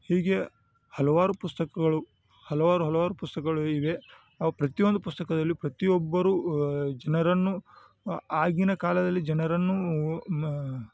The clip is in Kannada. ಹೀಗೆ ಹಲವಾರು ಪುಸ್ತಕಗಳು ಹಲವಾರು ಹಲವಾರು ಪುಸ್ತುಕಗಳು ಇವೆ ಆ ಪ್ರತಿಯೊಂದು ಪುಸ್ತಕದಲ್ಲು ಪ್ರತಿಯೊಬ್ಬರೂ ಜನರನ್ನು ಆಗಿನ ಕಾಲದಲ್ಲಿ ಜನರನ್ನೂ ಮ